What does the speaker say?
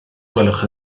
gwelwch